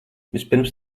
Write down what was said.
vispirms